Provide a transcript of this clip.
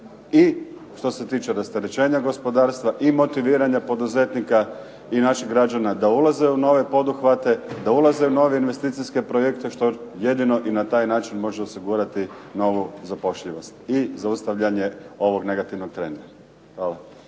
i što se tiče rasterećenja gospodarstva i motiviranja poduzetnika i naših građana da ulaze u nove poduhvate, da ulaze u nove investicijske projekte što jedino i na taj način može osigurati novu zapošljivost i zaustavljanje ovog negativnog trenda. Hvala.